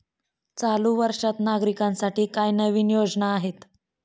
चालू वर्षात नागरिकांसाठी काय नवीन योजना आहेत?